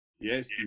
Yes